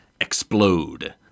Explode